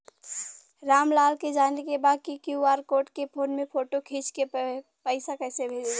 राम लाल के जाने के बा की क्यू.आर कोड के फोन में फोटो खींच के पैसा कैसे भेजे जाला?